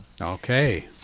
Okay